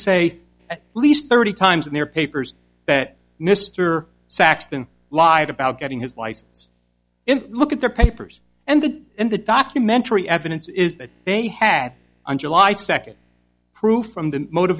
say at least thirty times in their papers that mr saxton lied about getting his license and look at the papers and the and the documentary evidence is that they had on july second proof from the motor